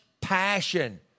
passion